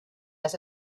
las